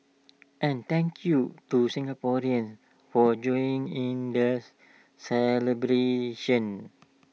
and thank you to Singaporeans for joining in the celebrations